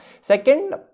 second